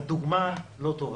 הדוגמה לא טובה.